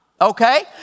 okay